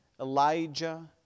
Elijah